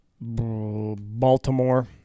Baltimore